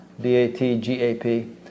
B-A-T-G-A-P